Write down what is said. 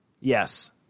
Yes